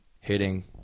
hitting